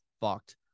fucked